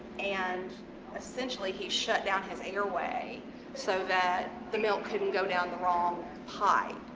and essentially he shut down his airway so that the milk couldn't go down the wrong pipe.